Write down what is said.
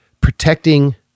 protecting